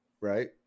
Right